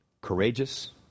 courageous